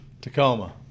Tacoma